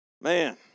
Man